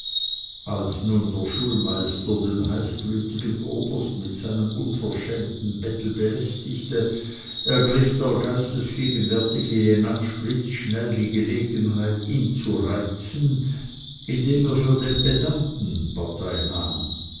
als nun der schulmeister den heißblütigen oberst mit seinem unverschämten bettel belästigte ergriff der geistesgegenwärtige jenatsch blitzschnell die gelegenheit ihn zu reizen indem er für den pedanten partei nahm